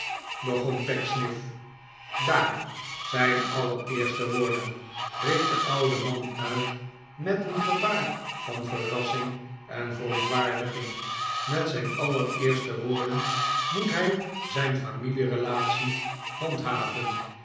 begon pecksniff daar zijn allereerste woorden riep de oude man uit met een gebaar van verrassing en verontwaardiging met zijn allereerste woorden moet hij zijn familierelatie handhaven